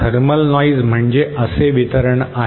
thermal noise म्हणजे असे वितरण आहे